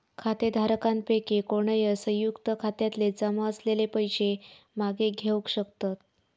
खातेधारकांपैकी कोणय, संयुक्त खात्यातले जमा असलेले पैशे मागे घेवक शकतत